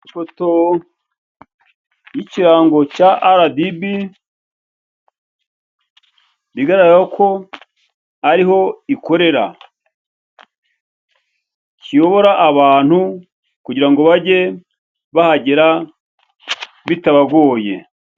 Ifoto y'ikirango cya RDB bigaragarako ariho ikorera, kiyobora abantu kugira ngo bajye bahagera bitabagoye.